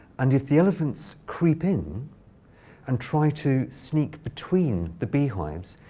and if the elephants creep in and try to sneak between the bee hives,